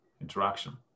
interaction